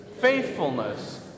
faithfulness